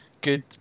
good